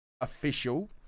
official